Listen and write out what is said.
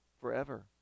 forever